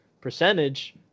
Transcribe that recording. percentage